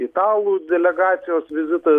italų delegacijos vizitas